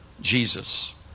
Jesus